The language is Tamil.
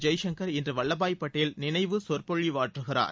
ஜெய்சங்கர் இன்று வல்லபாய் பட்டேல் நினைவு கொற்பொழிவாற்றுகிறார்